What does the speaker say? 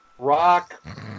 Rock